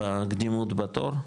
בקדימות בתור,